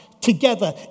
together